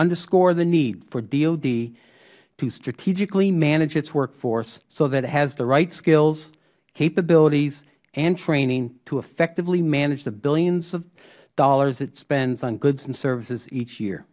underscore the need for dod to strategically manage its workforce so that it has the right skills capabilities and training to effectively manage the billions of dollars it spends on goods and services each year